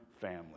family